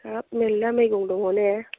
हाब मेरला मैगं दङ ने